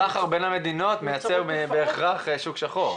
הסחר בין המדינות מייצר בהכרח שוק שחור.